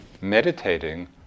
meditating